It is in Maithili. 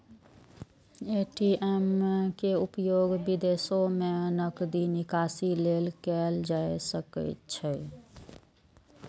ए.टी.एम के उपयोग विदेशो मे नकदी निकासी लेल कैल जा सकैत छैक